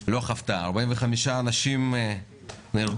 לא חוותה כמותה 45 אנשים נהרגו,